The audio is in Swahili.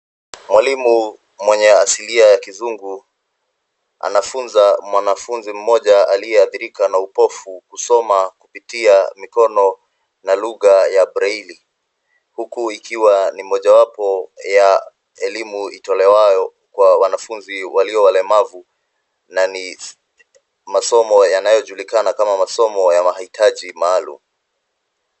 Mwalimu mwenye asilia ya kizungu anafunza mwanafunzi moja aliyeadhirika na upofu kusoma kupitia mikono na lugha ya breili huku ikiwa ni mojawapo ya elimu itolewayo kwa wanafunzi walio walemavu na ni masomo yanayojulikana kama masomo ya mahitaji maalum.